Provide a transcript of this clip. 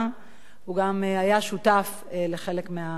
הוא גם היה שותף לחלק מהמהלכים.